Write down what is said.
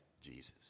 Jesus